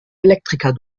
elektriker